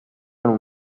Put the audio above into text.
hanno